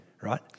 Right